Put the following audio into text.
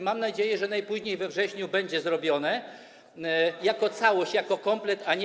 Mam nadzieję, że najpóźniej we wrześniu będzie to zrobione jako całość, komplet, a nie